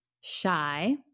shy